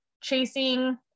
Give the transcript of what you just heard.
chasing